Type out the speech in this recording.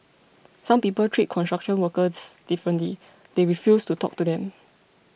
some people treat construction workers differently they refuse to talk to them